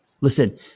listen